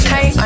Hey